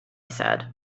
said